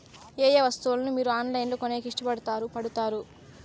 ఏయే వస్తువులను మీరు ఆన్లైన్ లో కొనేకి ఇష్టపడుతారు పడుతారు?